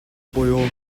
буюу